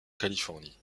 californie